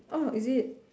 orh is it